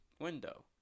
window